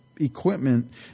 equipment